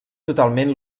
totalment